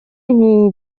ubu